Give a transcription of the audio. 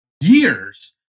years